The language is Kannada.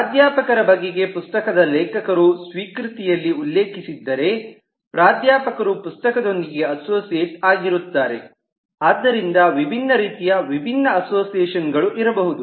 ಪ್ರಾಧ್ಯಾಪಕರ ಬಗೆಗೆ ಪುಸ್ತಕದ ಲೇಖಕರು ಸ್ವೀಕೃತಿಯಲ್ಲಿ ಉಲ್ಲೇಖಿಸಿದ್ದರೆ ಪ್ರಾಧ್ಯಾಪಕರು ಪುಸ್ತಕದೊಂದಿಗೆ ಅಸೋಸಿಯೇಟ್ ಆಗಿರುತ್ತಾರೆ ಆದ್ದರಿಂದ ವಿವಿಧ ರೀತಿಯ ವಿಭಿನ್ನ ಅಸೋಸಿಯೇಷನ್ ಗಳು ಇರಬಹುದು